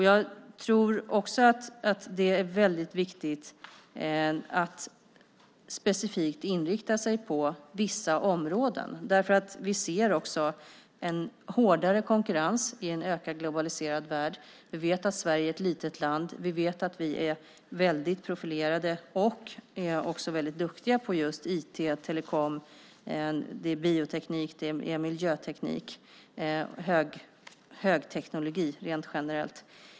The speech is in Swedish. Jag tror också att det är väldigt viktigt att specifikt inrikta sig på vissa områden därför att vi ser en hårdare konkurrens i en alltmer globaliserad värld. Vi vet att Sverige är ett litet land. Vi vet att vi är väldigt profilerade och också väldigt duktiga på just IT, telekom, bioteknik, miljöteknik och högteknologi, rent generellt.